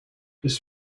this